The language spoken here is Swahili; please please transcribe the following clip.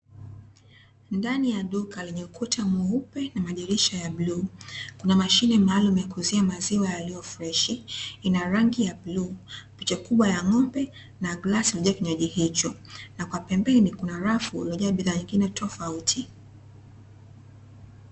Ndani ya duka lenye ukuta mweupe na madirisha ya bluu, kuna mashine maalumu ya kuuzia maziwa yaliyo freshi, ina rangi ya bluu picha kubwa ya ng'ombe na glasi imejaa kinywaji hicho. Na kwa pembeni kuna rafu, imejaa bidhaa nyengine tofauti.